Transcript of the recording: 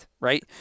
right